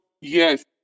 yes